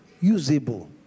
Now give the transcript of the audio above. usable